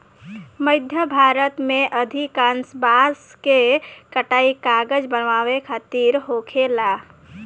मध्य भारत में अधिकांश बांस के कटाई कागज बनावे खातिर होखेला